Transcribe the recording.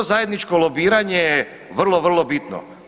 To zajedničko lobiranje je vrlo, vrlo bitno.